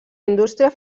indústria